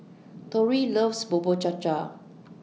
Torry loves Bubur Cha Cha